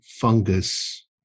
fungus